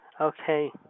Okay